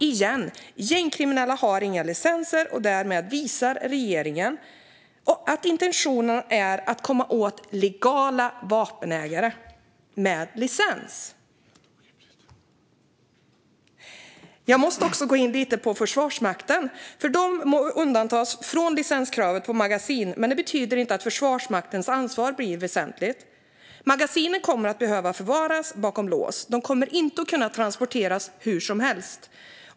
Igen: Gängkriminella har inga licenser, och därmed visar regeringen att intentionen är att komma åt legala vapenägare med licens. Jag måste också gå in lite på frågan om Försvarsmakten. De undantas från licenskravet på magasin, men det betyder inte att Försvarsmaktens ansvar inte blir väsentligt. Magasinen kommer att behöva förvaras bakom lås. De kommer inte att kunna transporteras hur som helst.